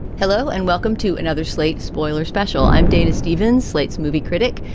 hello and welcome to another slate spoiler special. i'm dana stevens, slate's movie critic.